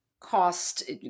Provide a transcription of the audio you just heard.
cost